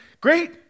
great